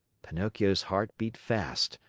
pinocchio's heart beat fast,